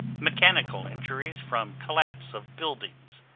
mechanical injuries from collapse of buildings,